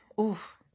Oof